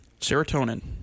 serotonin